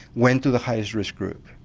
went to the highest risk group.